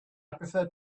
prefer